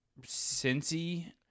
Cincy